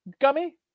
gummy